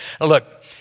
Look